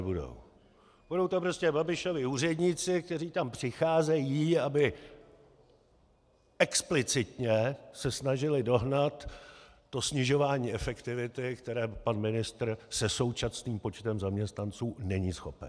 Budou to prostě Babišovi úředníci, kteří tam přicházejí, aby explicitně se snažili dohnat to snižování efektivity, které pan ministr se současným počtem zaměstnanců není schopen.